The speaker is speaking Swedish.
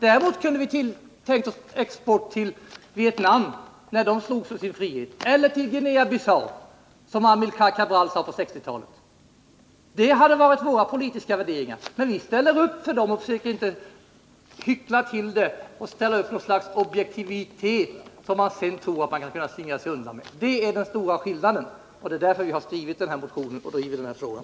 Däremot kunde vi ha tänkt oss export till Vietnam när folket där slogs för sin frihet, eller till Guinea-Bissau, som Amilcar Cabral ville på 1960-talet. Det hade varit våra politiska värderingar. Vi ställer upp för dem och försöker inte hyckla och ställa upp någon slags objektivitet som man sedan skall kunna slingra sig undan med. Det är den stora skillnaden. Det är därför vi skrivit den här motionen och driver den här frågan.